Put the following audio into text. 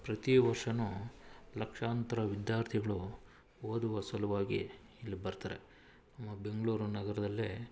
ಪ್ರತಿ ವರ್ಷನೂ ಲಕ್ಷಾಂತರ ವಿದ್ಯಾರ್ಥಿಗಳು ಓದುವ ಸಲುವಾಗಿ ಇಲ್ಲಿ ಬರ್ತಾರೆ ನಮ್ಮ ಬೆಂಗಳೂರು ನಗರದಲ್ಲಿ